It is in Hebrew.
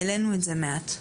העלינו את זה מעט.